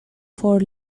for